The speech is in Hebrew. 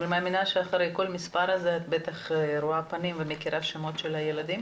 אני מאמינה שאחרי כל מספר כזה את בטח רואה פנים ומכירה שמות של הילדים?